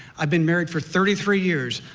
i mean married for thirty three years.